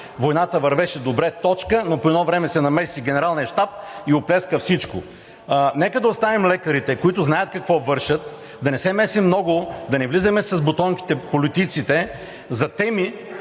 „Войната вървеше добре. Но по едно време се намеси Генералният щаб и оплеска всичко.“ Нека да оставим лекарите, които знаят какво вършат, да не се месим много, политиците да не влизаме с бутонките за теми,